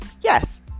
Yes